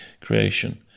creation